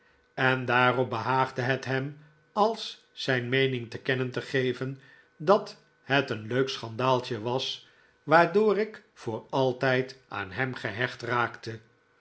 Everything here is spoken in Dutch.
en daarop behaagde het hem als zijn meening te kennen te geven dat het een leuk schandaaltje was waardoor ik voor altijd aan hem gehecht raakte